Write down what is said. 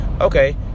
okay